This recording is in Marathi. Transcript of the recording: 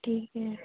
ठीक आहे